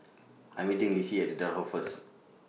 I'm meeting Lissie At The Daulat First